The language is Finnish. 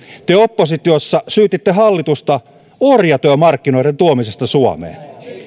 te oppositiossa syytitte hallitusta orjatyömarkkinoiden tuomisesta suomeen